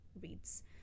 reads